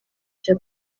cya